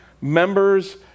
members